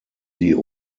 die